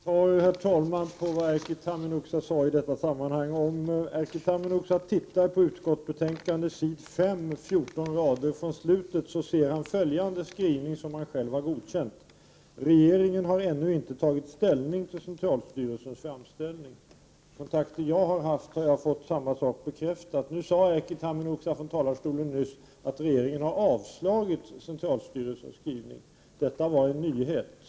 Herr talman! Jag har två kommentarer till vad Erkki Tammenoksa sade i detta sammanhang. Om Erkki Tammenoksa tittar på s. 5 i utskottsbetänkandet, ser han följande skrivning, som han själv har godkänt: ”Regeringen har ännu inte tagit ställning till centralstyrelsens framställning.” I kontakter jag har haft har jag fått samma sak bekräftad. Nyss sade Erkki Tammenoksa från talarstolen att regeringen har avslagit centralstyrelsens skrivning. Detta var en nyhet.